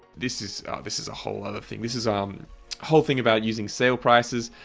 this is this is a whole other thing. this is um whole thing about using sale prices.